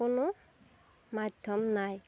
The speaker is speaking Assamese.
কোনো মাধ্যম নাই